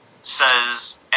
says